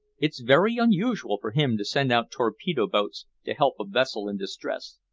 it's very unusual for him to send out torpedo-boats to help a vessel in distress.